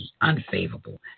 unfavorable